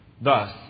thus